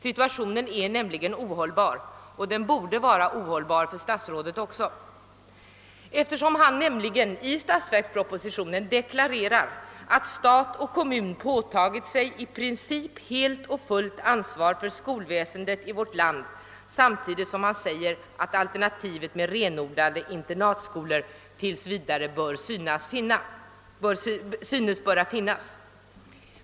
Situationen är nämligen ohållbar och borde vara det för statsrådet också, eftersom han i statsverkspropositionen deklarerat, att stat och kommun i princip har påtagit sig helt och fullt ansvar för skolväsendet i vårt land samtidigt som han säger att alternativet med renodlade internatskolor tills vidare synes böra finnas.